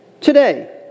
Today